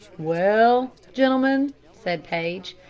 well, gentlemen, said paige,